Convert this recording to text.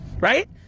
Right